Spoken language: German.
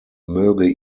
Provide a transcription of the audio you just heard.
möge